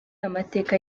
amateka